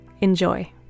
Enjoy